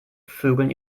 vögeln